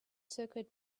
circuit